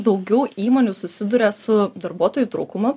daugiau įmonių susiduria su darbuotojų trūkumu